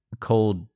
cold